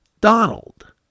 Donald